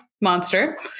monster